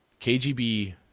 KGB